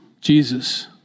Jesus